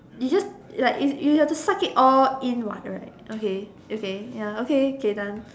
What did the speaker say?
you just ya you you have to suck it all in what right okay okay ya okay okay done